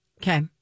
Okay